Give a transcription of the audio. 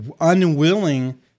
unwilling